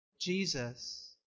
Jesus